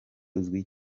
uzwi